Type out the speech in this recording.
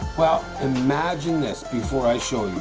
well imagine this before i show